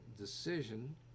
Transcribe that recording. decision